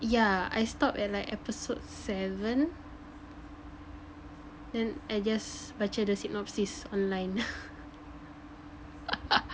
yeah I stopped at like episode seven then I just baca the synopsis online